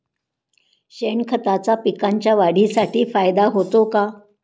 शेणखताचा पिकांच्या वाढीसाठी फायदा होतो का?